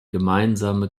gemeinsame